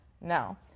No